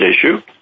issue